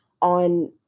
on